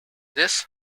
this